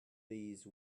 these